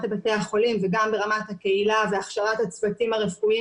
בתי החולים וגם ברמת הקהילה והכשרת הצוותים הרפואיים